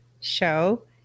show